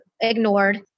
ignored